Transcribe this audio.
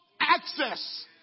access